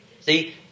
See